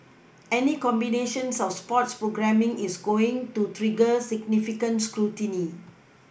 any combination of sports programming is going to trigger significant scrutiny